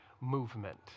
movement